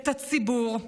את הציבור,